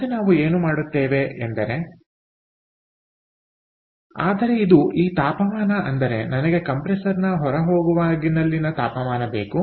ಮುಂದೆ ನಾವು ಏನು ಮಾಡುತ್ತೇವೆ ಎಂದರೆ ಆದರೆ ಇದು ಈ ತಾಪಮಾನ ಅಂದರೆ ನನಗೆ ಕಂಪ್ರೆಸರ್ನ ಹೊರಹೋಗುವಾಗಿನಲ್ಲಿನ ತಾಪಮಾನ ಬೇಕು